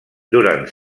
durant